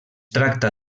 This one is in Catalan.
tracta